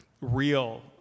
real